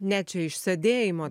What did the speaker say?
ne čia iš sėdėjimo